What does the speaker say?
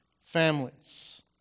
families